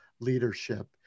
leadership